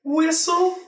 whistle